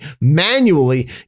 manually